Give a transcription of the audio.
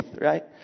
right